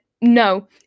no